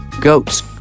Goats